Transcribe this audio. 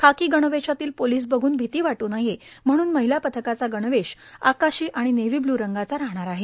खाकी गणवेशांतले पोलीस बघून भीती वाटू नये म्हणून महिला पथकाचा गणवेश आकाशी आणि नेव्ही ब्लू रंगाचा राहणार आहे